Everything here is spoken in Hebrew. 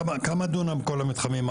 כמה דונם שלושת המתחמים?